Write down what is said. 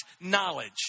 knowledge